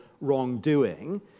wrongdoing